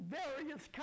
various